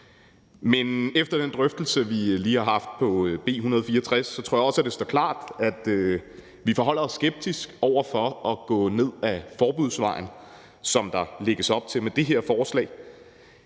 Men efter den drøftelse, vi lige har haft i forbindelse med B 164, tror jeg også, det står klart, at vi forholder os skeptisk over for at gå ned ad forbudsvejen, som der med det her forslag